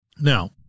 Now